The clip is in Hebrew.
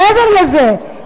מעבר לזה,